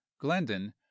glendon